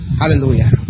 Hallelujah